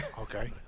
okay